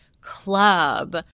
club